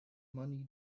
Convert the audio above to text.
money